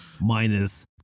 minus